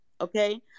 Okay